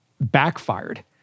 backfired